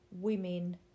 women